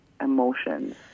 emotions